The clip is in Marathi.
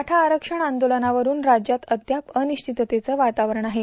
मराठा आरक्षण आंदोलनावरून राज्यात अद्याप अनिश्चिततेचं वातावरण आहे